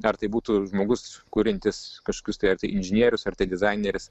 ar tai būtų žmogus kuriantis kažkokius tai ar tai inžinierius ar tai dizaineris